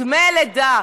דמי לידה,